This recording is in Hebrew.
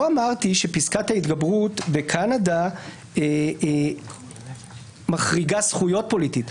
לא אמרתי שפסקת ההתגברות בקנדה מחריגה זכויות פוליטיות.